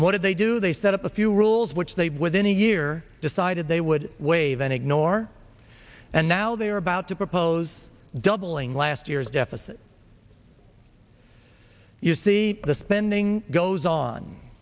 what did they do they set up a few rules which they within a year decided they would waive and ignore and now they are about to propose doubling last year's deficit you see the spending goes on